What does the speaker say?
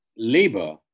Labor